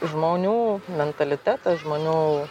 žmonių mentalitetas žmonių